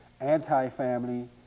anti-family